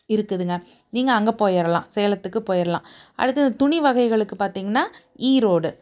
இருக்குதுங்க நீங்கள் அங்கே போயிடலாம் சேலத்துக்கு போயிடலாம் அடுத்தது துணி வகைகளுக்கு பார்த்திங்கன்னா ஈரோடு